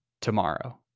tomorrow